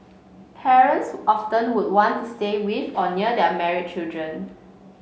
parents often would want to stay with or near their married children